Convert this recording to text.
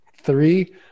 three